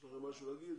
יש לכם משהו לומר?